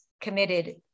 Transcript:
committed